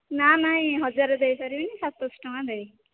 ନା ନାଇଁ ହଜାର ଦେଇପାରିବିନି ସାତଶହ ଟଙ୍କା ଦେବି